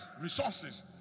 resources